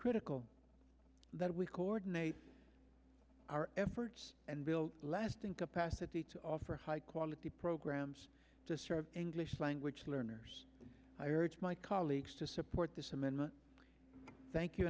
critical that we coordinate our efforts and lasting capacity to offer high quality programs to english language learners i urge my colleagues to support this amendment thank you